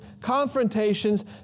confrontations